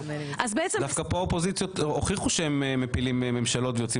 דווקא פה האופוזיציות הוכיחו שהם מפילים ממשלות ויוצאים